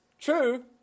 true